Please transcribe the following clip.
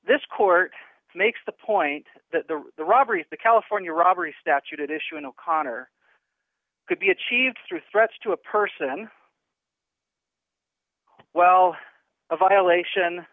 this court makes the point that the robbery of the california robbery statute at issue in o'connor could be achieved through threats to a person well a violation